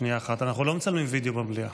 אנחנו לא מצלמים וידיאו במליאה.